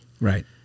right